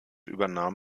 übernahm